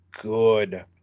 good